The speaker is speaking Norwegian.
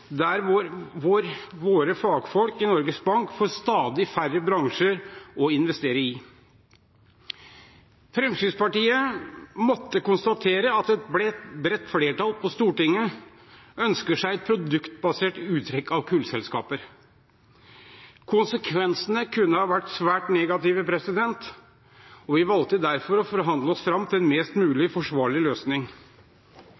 der våre fagfolk i Norges Bank får stadig færre bransjer å investere i. Fremskrittspartiet måtte konstatere at et bredt flertall på Stortinget ønsker seg et produktbasert uttrekk av kullselskaper. Konsekvensene kunne ha vært svært negative, og vi valgte derfor å forhandle oss fram til en mest mulig forsvarlig løsning.